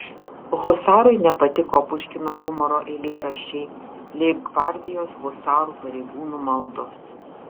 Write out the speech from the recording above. husarui nepatiko puškino humoro eilėraščiai leibgvardijos husarų pareigūnų maldos